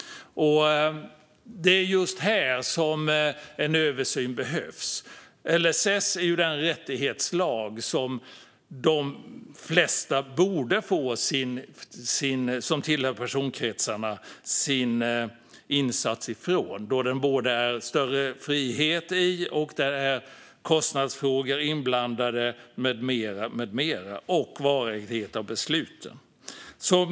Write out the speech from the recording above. Det är just här som en översyn behövs. LSS är ju den rättighetslag som de flesta som tillhör personkretsarna borde få sina insatser utifrån. Den innebär större frihet, och där är kostnadsfrågor inblandade med mera, liksom beslutens varaktighet.